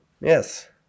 Yes